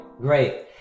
great